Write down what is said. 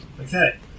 Okay